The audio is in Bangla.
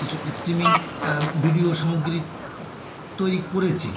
কিছু স্ট্রিমিং ভিডিও সামগ্রী তৈরি করেছি